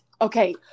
Okay